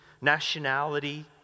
Nationality